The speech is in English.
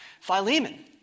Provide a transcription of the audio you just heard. Philemon